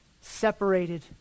separated